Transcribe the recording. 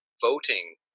Voting